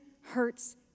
hurts